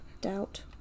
Doubt